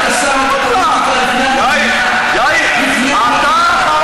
תמיד שם את מדינת ישראל לפני עצמו,